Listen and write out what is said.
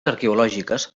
arqueològiques